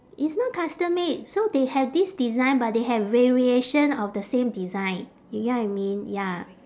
it's not custom made so they have this design but they have variation of the same design you get what I mean ya